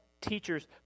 teachers